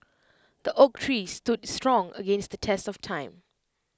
the oak tree stood strong against the test of time